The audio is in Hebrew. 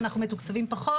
אנחנו מתוקצבים פחות